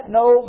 no